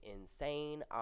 insane